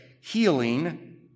healing